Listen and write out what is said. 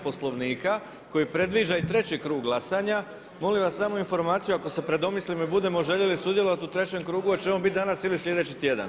Poslovnika koji predviđa i treći krug glasanja, molim vas samo i informaciju ako se predomislimo i budemo željeli sudjelovati u trećem krugu hoće li on biti danas ili sljedeći tjedan?